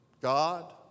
God